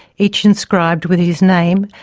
each inscribed with his name,